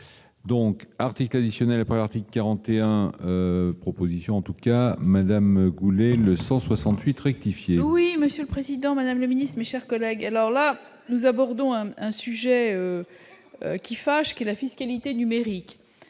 Donc article additionnel après l'article 41 propositions, en tout cas Madame couler le sang, 68 rectifier. Oui, Monsieur le Président, Madame le Ministre, mes chers collègues, alors là, nous abordons un sujet qui fâche, qui la fiscalité numérique,